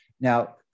Now